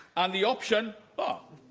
and the option ah